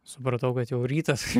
supratau kad jau rytas